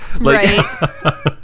Right